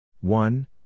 One